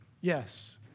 Yes